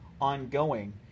ongoing